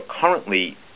currently